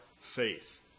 faith